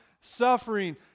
suffering